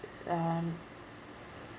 um